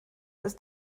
ist